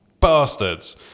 Bastards